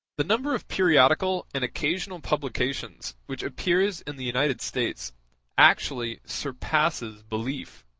the number of periodical and occasional publications which appears in the united states actually surpasses belief.